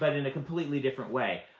but in a completely different way.